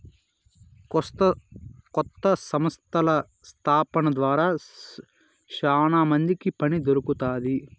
కొత్త సంస్థల స్థాపన ద్వారా శ్యానా మందికి పని దొరుకుతాది